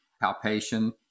Palpation